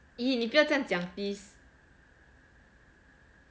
!ee! 你不要这样讲 please